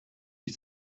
die